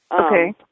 Okay